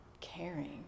caring